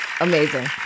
Amazing